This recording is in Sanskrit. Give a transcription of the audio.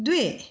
द्वे